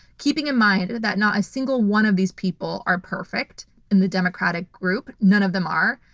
keeping in mind and that not a single one of these people are perfect in the democratic group. none of them are.